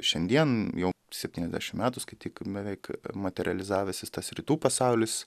šiandien jau septyniasdešim metų skaityk beveik materializavęsis tas rytų pasaulis